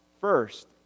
first